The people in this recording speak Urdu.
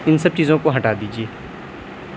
ان سب چیزوں کو ہٹا دیجیے